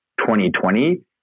2020